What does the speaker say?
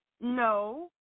No